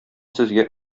сезгә